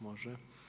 Može.